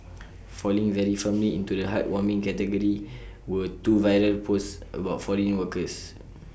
falling very firmly into the heartwarming category were two viral posts about foreign workers